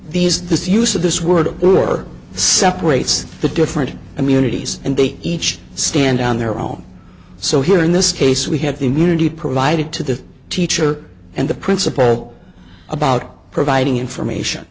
these this use of this word or separates the different communities and they each stand on their own so here in this case we have the immunity provided to the teacher and the principal about providing information